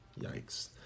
Yikes